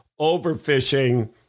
overfishing